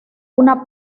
una